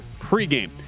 pregame